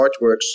artworks